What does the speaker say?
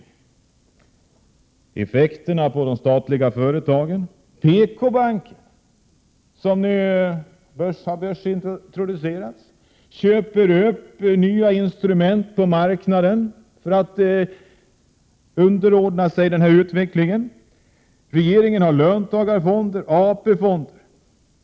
Man kan bara se till effekterna på de statliga företagen, t.ex. PKbanken — vilken nu har börsintroducerats — som köper upp nya objekt på marknaden för att man skall kunna underordna sig denna utveckling. Regeringen har infört löntagarfonder, AP-fonder.